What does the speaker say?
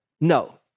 No